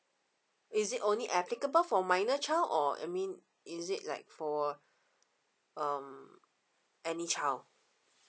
is it only applicable for minor child or I mean is it like for um any child